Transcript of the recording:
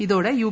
ഇതോടെ യു